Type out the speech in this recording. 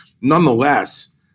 nonetheless